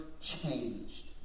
changed